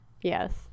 Yes